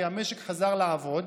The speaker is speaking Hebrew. כי המשק חזר לעבוד,